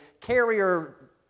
carrier